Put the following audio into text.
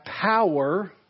power